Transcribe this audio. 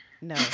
No